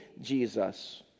Jesus